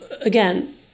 again